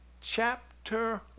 chapter